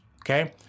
okay